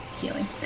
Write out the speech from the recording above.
healing